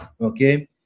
Okay